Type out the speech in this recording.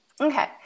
Okay